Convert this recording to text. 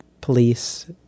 police